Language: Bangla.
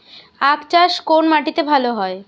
আখ চাষ কোন মাটিতে ভালো হয়?